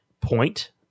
point